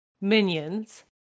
minions